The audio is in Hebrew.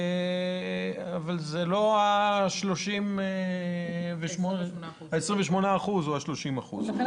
אבל זה לא ה-28% או 30%. לכן,